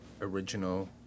original